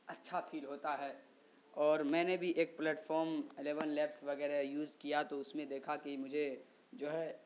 اچھا فیل ہوتا ہے اور میں نے بھی ایک پلیٹ فام الیون لیبس وغیرہ یوز کیا تو اس میں دیکھا کہ مجھے جو ہے